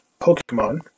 Pokemon